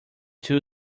two